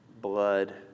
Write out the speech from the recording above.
blood